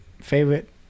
favorite